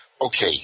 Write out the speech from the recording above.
okay